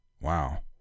Wow